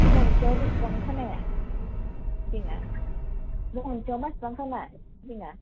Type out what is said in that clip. महनसेयाव बिसिबां खोनाया सिबिङा महनसेयाव मासिबां खोनाया सिबिंआ